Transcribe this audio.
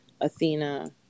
Athena